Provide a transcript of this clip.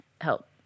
help